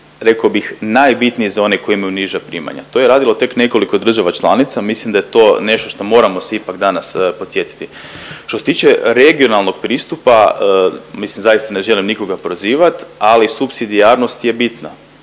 reko bih najbitnije za one koji imaju niža primanja. To je radilo tek nekoliko država članica, mislim da je to nešto što moramo se ipak danas podsjetiti. Što se tiče regionalnog pristupa, mislim zaista ne želim nikoga prozivat, ali supsidijarnost je bitna